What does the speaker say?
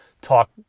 talk